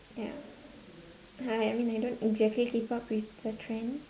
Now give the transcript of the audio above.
yeah I mean I don't exactly keep up with the trend